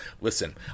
Listen